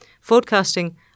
forecasting